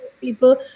people